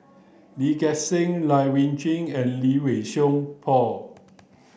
Lee Gek Seng Lai Weijie and Lee Wei Song Paul